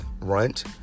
runt